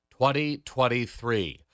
2023